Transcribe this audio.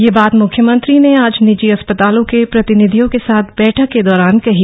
यह बात मुख्यमंत्री ने आज निजी अस्पतालों के प्रतिनिधियों के साथ बैठक के दौरान कही